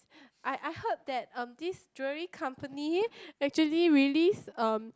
I I heard that um this jewelry company actually release um